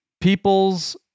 people's